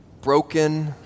broken